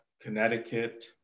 Connecticut